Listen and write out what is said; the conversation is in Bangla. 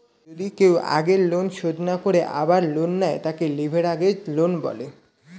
যদি কেও আগেকার লোন শোধ না করে আবার লোন নেয়, তাকে লেভেরাগেজ লোন বলে